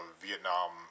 Vietnam